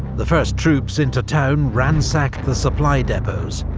the first troops into town ransacked the supply depots,